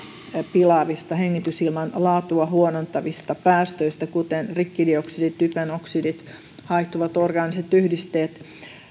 pilaavista hengitysilman laatua huonontavista päästöistä kuten rikkidioksidi typen oksidit haihtuvat orgaaniset yhdisteet